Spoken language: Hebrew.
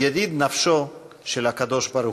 ידיד נפשו של הקדוש-ברוך-הוא.